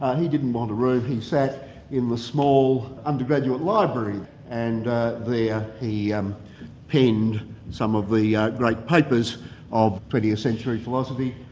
ah he didn't want a room he sat in the small undergraduate library and there he um penned some of the ah great papers of twentieth century philosophy,